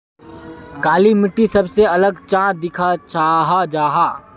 काली मिट्टी सबसे अलग चाँ दिखा जाहा जाहा?